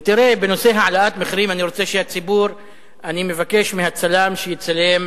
ותראה, בנושא העלאת מחירים, אני מבקש מהצלם שיצלם